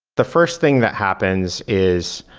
the first thing that happens is,